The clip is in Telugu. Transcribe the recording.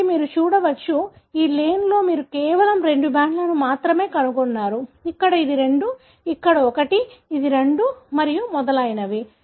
కాబట్టి మీరు చూడవచ్చు కాబట్టి ఈ లేన్లో మీరు కేవలం రెండు బ్యాండ్లను మాత్రమే కనుగొన్నారు ఇక్కడ అది రెండు ఇక్కడ ఒకటి ఇది రెండు మరియు మొదలైనవి